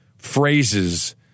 Phrases